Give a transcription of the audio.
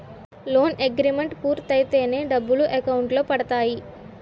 loan agreement పూర్తయితేనే డబ్బులు account లో పడతాయి